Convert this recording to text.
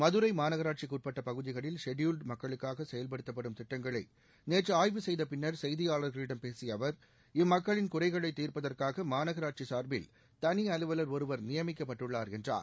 மதுரை மாநகராட்சிக்கு உட்பட்ட பகுதிகளில் ஷெட்யூல்டு மக்களுக்காக செயல்படுத்தப்படும் திட்டங்களை நேற்று ஆய்வு செய்த பின்னர் செய்தியாளர்களிடம் பேசிய அவர் இம்மக்களின் குறைகளை தீர்ப்பதற்காக மாநகராட்சி சார்பில் தனி அலுவலர் ஒருவர் நியமிக்கப்பட்டுள்ளார் என்றார்